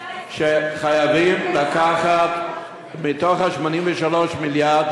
שחייבים לקחת מתוך 83 המיליארד,